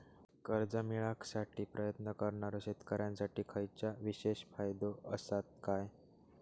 कर्जा मेळाकसाठी प्रयत्न करणारो शेतकऱ्यांसाठी खयच्या विशेष फायदो असात काय?